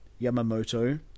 yamamoto